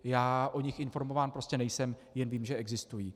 Já o nich informován prostě nejsem, jen vím, že existují.